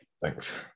Thanks